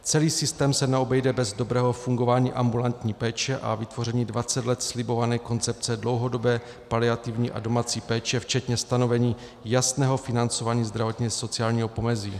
Celý systém se neobejde bez dobrého fungování ambulantní péče a vytvoření 20 let slibované koncepce dlouhodobé paliativní a domácí péče včetně stanovení jasného financování zdravotněsociálního pomezí.